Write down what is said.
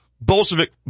Bolshevik